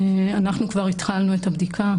אנחנו כבר התחלנו את הבדיקה.